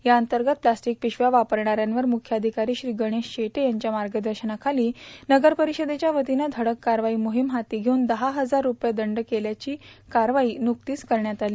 त्या अंतर्गत प्लास्टिक पिशव्या वापरणाऱ्यांवर मुख्याधिकारी श्री गणेश शेटे यांच्या मार्गदर्शनाखाली नगरपरिषदेच्या वतीं धडक कारवाई मोहीम हाती घेवून दहा हजार रूपये दंड केल्याची कारवाई नुकतीच करण्यात आली